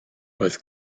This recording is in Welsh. roedd